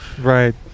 Right